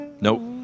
Nope